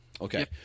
Okay